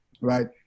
right